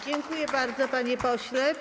Dziękuję bardzo, panie pośle.